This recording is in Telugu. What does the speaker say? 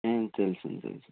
తెలుసండి తెలుసు